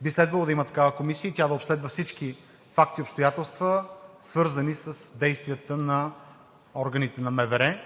би следвало да има такава комисия и тя да обследва всички факти и обстоятелства, свързани с действията на органите на МВР